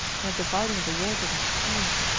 and a dividing of the workers into teams.